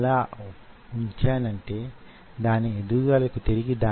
ఆ విషయంపై మనం ఏమి చెయ్యాలి